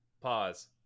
pause